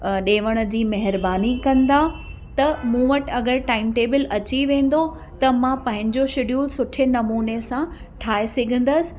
ॾियण जी महिरबानी कंदा त मूं वटि अगरि टाइम टेबल अची वेंदो त मां पंहिंजो शेड्यूल सुठे नमूने सां ठाहे सघंदसि